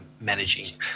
managing